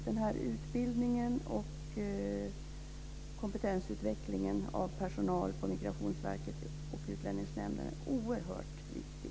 Den här utbildningen och kompetensutvecklingen av personal på Migrationsverket och Utlänningsnämnden är alltså oerhört viktig.